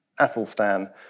Athelstan